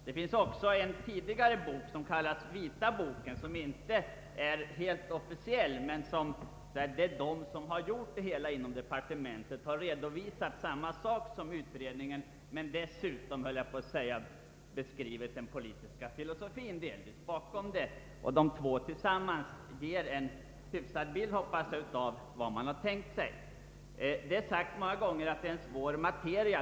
Det finns också en tidigare bok, som kallas vita boken — av herrar Grape och Ysander — och som inte är helt officiell. Ett par av de ledande bakom arbetet inom departementet har i den senare redovisat samma sak som det officiella trycket men dessutom delvis beskrivit den politiska filosofin bakom systemet. Dessa två böcker ger en hyfsad bild, hoppas jag, av vad man har tänkt sig. Det har sagts många gånger att det är en svår materia.